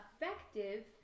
effective